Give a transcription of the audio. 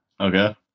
Okay